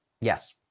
Yes